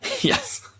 Yes